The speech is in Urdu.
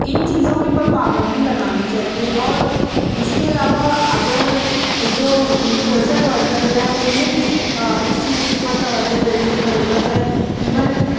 ان چیزوں کے اوپر پابندی لگانی چاہیے اور اس کے علاوہ اگر جو سوشل ورکرز ہیں انہیں بھی اس چیز کے اوپر توجہ دینے کی ضرورت ہے ایون